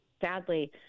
sadly